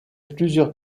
plusieurs